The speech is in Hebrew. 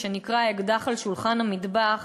שנקרא "אקדח על שולחן המטבח",